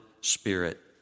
spirit